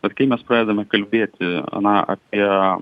bet kai mes pradedame kalbėti na apie